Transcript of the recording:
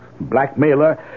blackmailer